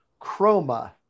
Chroma